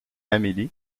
amélie